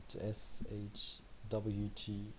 s-h-w-t